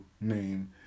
name